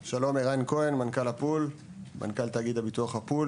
שלום, אני מנכ"ל תאגיד הביטוח הפול.